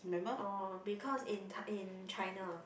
oh because in in China